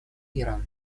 иран